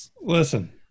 Listen